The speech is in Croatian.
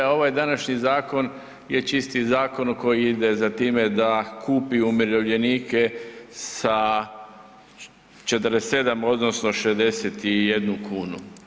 A ovaj današnji zakon je čisti zakon koji ide za time da kupi umirovljenike sa 47 odnosno 61 kunu.